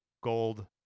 gold